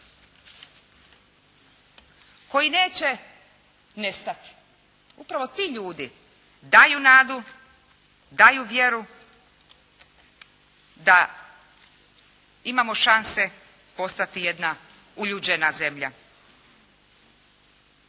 Koji neće nestati. Upravo ti ljudi daju nadu, daju vjeru da imamo šanse postati jedna uljuđena zemlja.